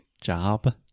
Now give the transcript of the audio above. job